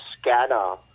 scanner